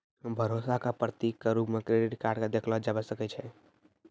भरोसा क प्रतीक क रूप म क्रेडिट क देखलो जाबअ सकै छै